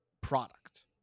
product